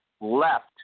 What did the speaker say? left